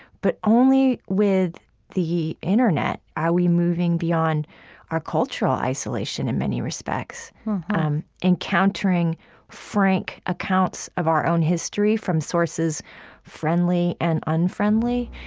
but only with the internet are we moving beyond our cultural isolation in many respects encountering frank accounts of our own history from sources friendly and unfriendly,